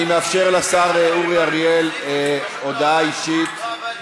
אני מאפשר לשר אורי אריאל הודעה אישית.